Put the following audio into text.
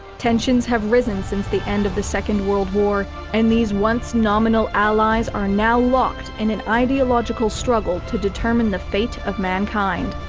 tensions have risen since the end of the second world war and these once nominal allies are now locked in an ideological struggle to determine the fate of mankind.